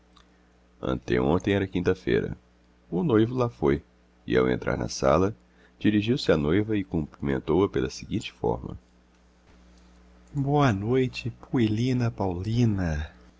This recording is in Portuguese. anteontem era quinta-feira o noivo lá foi e ao entrar na sala dirigiu-se à noiva e cumprimentou-a pela seguinte forma boa noite puelina paulina